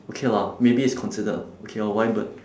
okay lah maybe it's considered okay lor why bird